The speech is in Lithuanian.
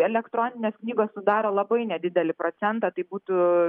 elektroninės knygos sudaro labai nedidelį procentą tai būtų